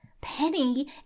Penny